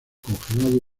congelado